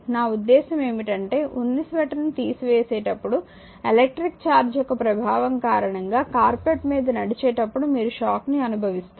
నా ఉద్దేశం ఏమిటంటే ఉన్ని స్వేటర్ ను తీసివేసేటప్పుడు ఎలక్ట్రిక్ ఛార్జ్ యొక్క ప్రభావం కారణంగా కార్పెట్ మీద నడిచేటప్పుడు మీరు షాక్ ని అనుభవిస్తారు